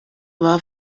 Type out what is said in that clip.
war